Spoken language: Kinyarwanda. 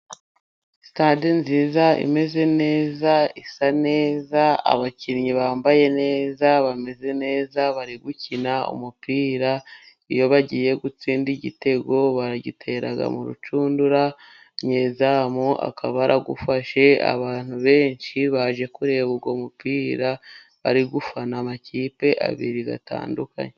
Sitade nziza，imeze neza， isa neza，abakinnyi bambaye neza， bameze neza， bari gukina umupira. Iyo bagiye gutsinda igitego， baragitera mu rucundura， nyezamu， akaba arawufashe， abantu benshi baje kureba uwo mupira， bari gufana amakipe abiri atandukanye.